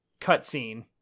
cutscene